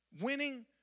Winning